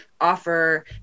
offer